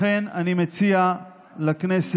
לכן, אני מציע לכנסת